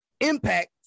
impact